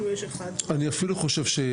בדברים מסוימים, אפילו פחות.